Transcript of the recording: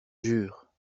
jure